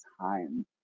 time